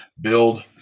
build